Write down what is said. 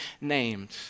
named